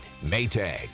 Maytag